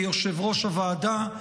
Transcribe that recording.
ליושב-ראש הוועדה,